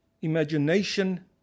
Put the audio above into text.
Imagination